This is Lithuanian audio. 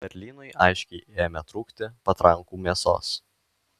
berlynui aiškiai ėmė trūkti patrankų mėsos